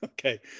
Okay